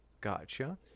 Gotcha